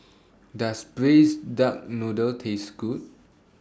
Does Braised Duck Noodle Taste Good